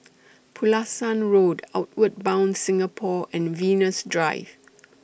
Pulasan Road Outward Bound Singapore and Venus Drive